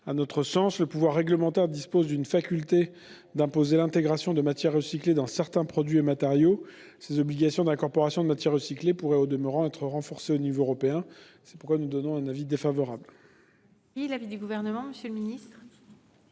à notre sens. Le pouvoir réglementaire dispose de la faculté d'imposer l'intégration de matières recyclées dans certains produits et matériaux. Ces obligations d'incorporation de matières recyclées pourraient au demeurant être renforcées au niveau européen. C'est pourquoi nous donnons un avis défavorable. Quel est l'avis du Gouvernement ? Cet